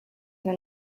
than